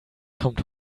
kommt